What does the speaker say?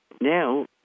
now